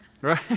Right